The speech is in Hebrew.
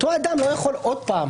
אותו אדם לא יכול עוד פעם.